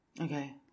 Okay